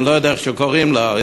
אני לא יודע איך קוראים לה,